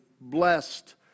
blessed